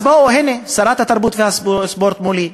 אז הנה, שרת התרבות והספורט מולי,